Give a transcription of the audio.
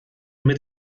mit